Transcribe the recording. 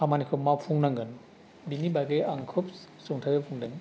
खामानिखौ मावफुंनांगोन बिनि बागै आं खुब सुंथाबै बुंदों